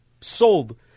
sold